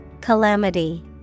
Calamity